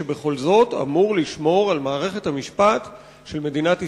שבכל זאת אמור לשמור על מערכת המשפט של מדינת ישראל,